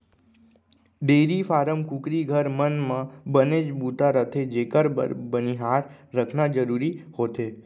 dairy farm, कुकरी घर, मन म बनेच बूता रथे जेकर बर बनिहार रखना जरूरी होथे